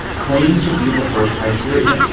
clean should be the first criteria.